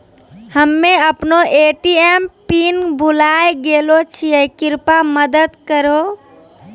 हम्मे अपनो ATM pin भुलाय गेलो छियै, कृपया मदत करहो